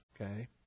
okay